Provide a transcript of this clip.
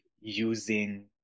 using